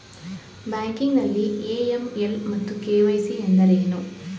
Banking ನಲ್ಲಿ AML ಮತ್ತು KYC ಎಂದರೇನು?